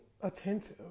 attentive